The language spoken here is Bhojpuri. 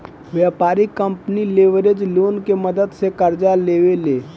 व्यापारिक कंपनी लेवरेज लोन के मदद से कर्जा लेवे ले